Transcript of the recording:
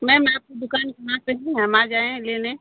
ma'am आपकी दुकान कहाँ पर है हम आ जाएँ लेने